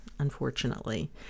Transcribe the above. unfortunately